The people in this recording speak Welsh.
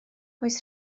oes